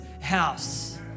house